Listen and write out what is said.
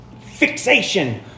fixation